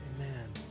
Amen